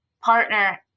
partner